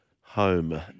home